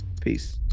Peace